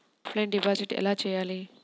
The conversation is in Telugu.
ఆఫ్లైన్ డిపాజిట్ ఎలా చేయాలి?